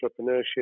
entrepreneurship